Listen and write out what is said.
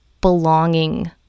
belonging